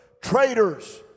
traitors